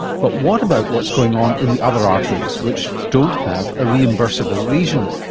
but what about what's going on in the other arteries, which don't have a reimbursable lesion?